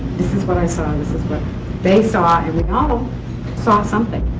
this is what i saw, and this is what they saw. and we all saw something,